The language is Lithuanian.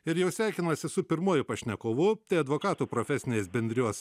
ir jau sveikinuosi su pirmuoju pašnekovu tai advokatų profesinės bendrijos